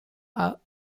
are